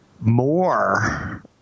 more